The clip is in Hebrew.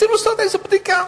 רוצים לעשות איזו בדיקה.